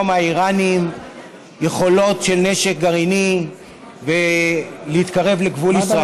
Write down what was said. מהאיראנים יכולות של נשק גרעיני ולהתקרב לגבול ישראל.